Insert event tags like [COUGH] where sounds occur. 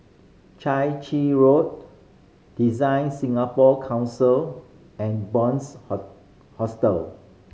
Chai Chee Road DesignSingapore Council and [UNINTELLIGIBLE] Hostel